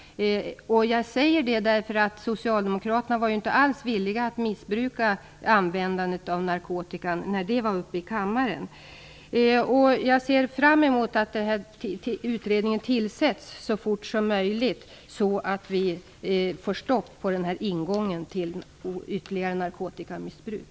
Jag säger det därför att socialdemokraterna inte alls var villiga att kriminalisera användande av narkotika när det var uppe i kammaren. Jag ser fram emot att utredningen tillsätts så fort som möjligt, så att vi får stopp på denna ingång till ytterligare narkotikamissbruk.